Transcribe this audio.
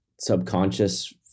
subconscious